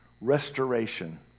restoration